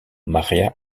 maría